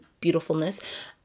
beautifulness